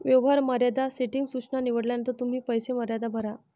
व्यवहार मर्यादा सेटिंग सूचना निवडल्यानंतर तुम्ही पैसे मर्यादा भरा